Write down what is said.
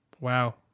Wow